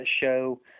show